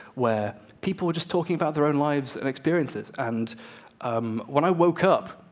where people were just talking about their own lives and experiences. and um when i woke up,